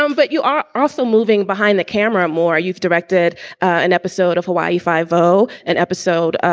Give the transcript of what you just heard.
um but you are also moving behind the camera more. you've directed an episode of hawaii five-o, an episode.